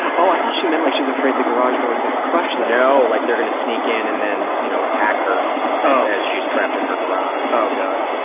oh, i thought she meant like she's afraid the garage door is gonna crush them. no, like they're gonna sneak in and then you know attack her as she's trapped in her garage. oh god.